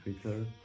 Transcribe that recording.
Twitter